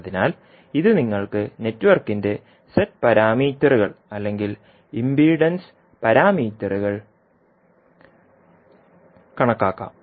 അതിനാൽ ഇത് നിങ്ങൾക്ക് നെറ്റ്വർക്കിന്റെ z പാരാമീറ്ററുകൾ അല്ലെങ്കിൽ ഇംപിഡൻസ് പാരാമീറ്ററുകൾ കണക്കാക്കാം